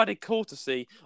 courtesy